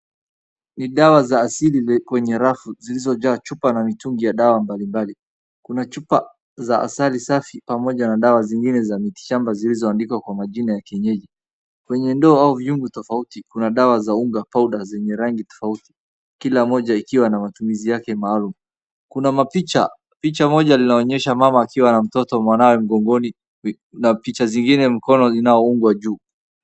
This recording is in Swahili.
Ni dawa za asili zilizopangwa kwenye rafu, zikiwekwa kwenye chupa na mitungi ya dawa mbalimbali. Kuna chupa za asali safi pamoja na dawa nyingine za mitishamba zilizoandikwa majina ya kienyeji. Kwenye ndoo au vyombo tofauti kuna dawa za unga powder zenye rangi tofauti, kila moja ikiwa na matumizi yake maalum. Kuna mapicha, picha moja linaonesha mama akiwa na mtoto mgongoni, na picha zingine mkono zinazoungwa juu.